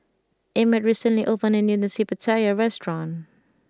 Emett recently opened a new Nasi Pattaya restaurant